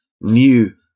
new